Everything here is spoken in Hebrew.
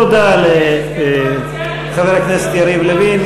תודה לחבר הכנסת יריב לוין,